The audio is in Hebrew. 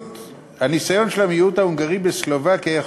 הניסיון של המיעוט ההונגרי בסלובקיה יכול